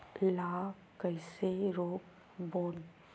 ला कइसे रोक बोन?